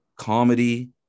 Comedy